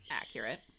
Accurate